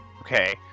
Okay